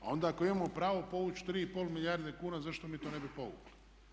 A onda ako imamo pravo povući 3,5 milijarde kuna zašto mi to ne bi povukli.